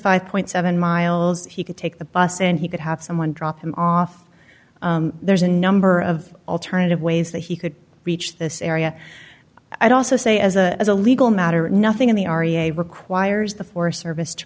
five seven miles he could take the bus and he could have someone drop him off there's a number of alternative ways that he could reach this area i don't say as a as a legal matter nothing in the r e i requires the forest service to